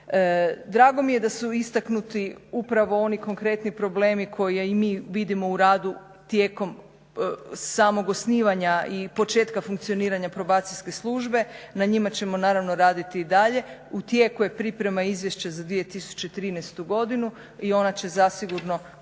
Drago mi je da su istaknuti upravo oni konkretni problemi koje i mi vidimo u radu tijekom samog osnivanja i početka funkcioniranja Probacijske službe. Na njima ćemo naravno raditi i dalje. U tijeku je priprema izvješće za 2013. godinu i ona će zasigurno pokazati